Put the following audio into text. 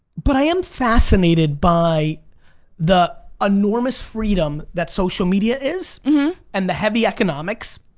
but i am fascinated by the enormous freedom that social media is and the heavy economics,